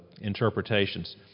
interpretations